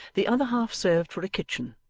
the other half served for a kitchen,